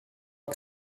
que